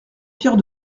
pierre